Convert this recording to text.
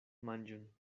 manĝon